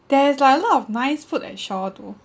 there is like a lot of nice food at shaw though